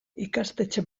ikastetxe